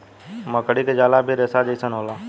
मकड़ी के जाला भी रेसा जइसन होला